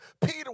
Peter